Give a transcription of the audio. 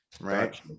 right